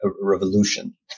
revolution